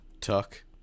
Tuck